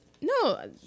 No